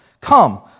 Come